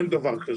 אין דבר כזה.